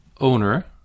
owner